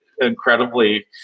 incredibly